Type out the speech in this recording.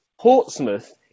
Portsmouth